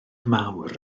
mawr